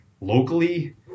locally